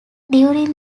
during